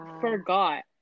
forgot